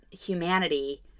humanity